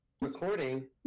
Recording